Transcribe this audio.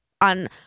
on